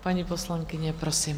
Paní poslankyně, prosím.